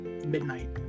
midnight